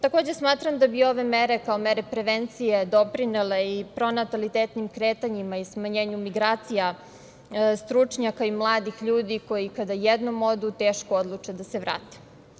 Takođe, smatram da bi ove mere, kao mere prevencije, doprinele i pronatalitetnim kretanjima i smanjenju migracija stručnjaka i mladih ljudi koji kada jednom odu teško odluče da se vrate.